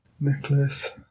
Necklace